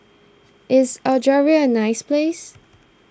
is Algeria a nice place